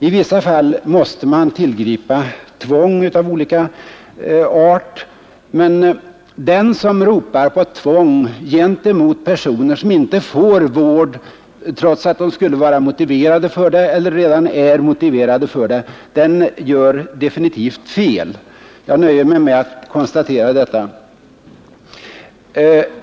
I vissa fall måste man tillgripa tvång av olika art, men den som ropar på tvång mot personer som inte får vård trots att de skulle vara eller är motiverade för sådan gör definitivt fel. Jag nöjer mig med att konstatera detta.